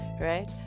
right